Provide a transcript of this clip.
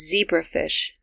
zebrafish